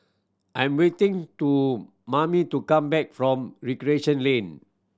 I'm waiting to Mamie to come back from Recreation Lane